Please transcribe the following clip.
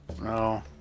No